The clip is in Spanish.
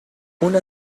una